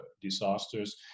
disasters